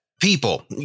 people